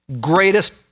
greatest